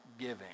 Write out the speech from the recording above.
giving